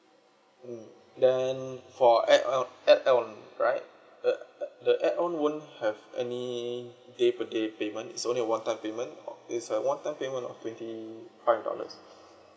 mm then for add on add on right the the add on won't have any day per day payment is only a one-time payment it's a one-time payment of twenty five dollars